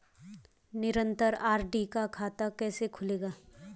निरन्तर आर.डी का खाता कैसे खुलेगा?